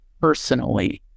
personally